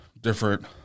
different